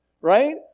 right